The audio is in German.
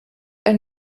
ein